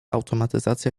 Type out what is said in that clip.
automatyzacja